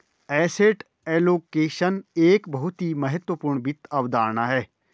asset allocation एक बहुत ही महत्वपूर्ण वित्त अवधारणा है